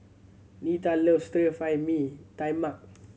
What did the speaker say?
Netta loves Stir Fry Mee Tai Mak